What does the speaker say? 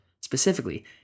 specifically